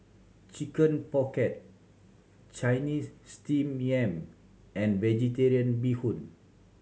Chicken Pocket Chinese Steamed Yam and Vegetarian Bee Hoon